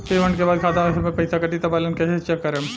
Payment के बाद खाता मे से पैसा कटी त बैलेंस कैसे चेक करेम?